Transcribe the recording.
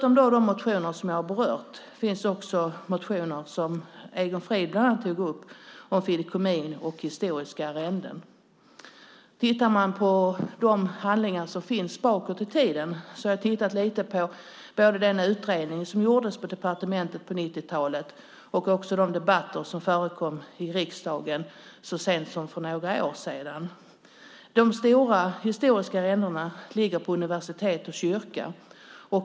Förutom de motioner som jag har berört finns motioner, som bland annat togs upp av Egon Frid, om fideikommiss och historiska arrenden. Jag har tittat lite i de handlingar som finns bakåt i tiden och läst den utredning som gjordes på departementet på 90-talet och också de debatter som förekom i riksdagen så sent som för några år sedan. De stora historiska arrendena ligger på universitet och kyrka.